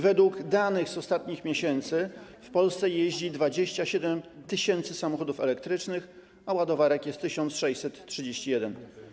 Według danych z ostatnich miesięcy w Polsce jeździ 27 tys. samochodów elektrycznych, a ładowarek jest 1631.